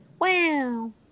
Wow